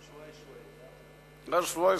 "שוואיה שוואיה".